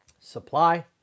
Supply